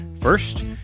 First